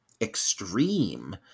extreme